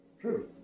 true